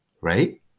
right